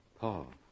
Paul